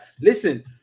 Listen